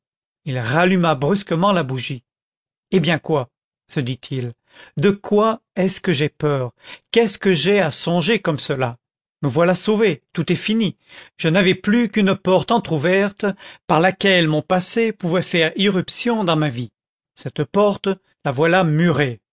il ralluma brusquement sa bougie eh bien quoi se dit-il de quoi est-ce que j'ai peur qu'est-ce que j'ai à songer comme cela me voilà sauvé tout est fini je n'avais plus qu'une porte entr'ouverte par laquelle mon passé pouvait faire irruption dans ma vie cette porte la voilà murée